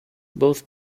both